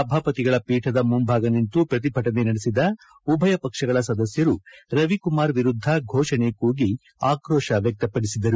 ಸಭಾಪತಿಗಳ ಪೀಠದ ಮುಂಭಾಗ ನಿಂತು ಪ್ರತಿಭಟನೆ ನಡೆಸಿದ ಉಭಯ ಪಕ್ಷಗಳ ಸದಸ್ಯರು ರವಿಕುಮಾರ್ ವಿರುದ್ಧ ಘೋಷಣೆ ಕೂಗಿ ಆಕ್ರೋಶ ವ್ಯಕ್ತಪಡಿಸಿದರು